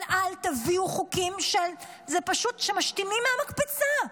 אבל אל תביאו חוקים, פשוט, שמשתינים מהמקפצה,